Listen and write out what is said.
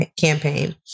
campaign